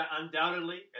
undoubtedly